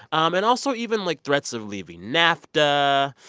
um and also even, like, threats of leaving nafta,